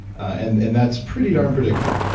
and and that's pretty darn predictable,